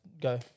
go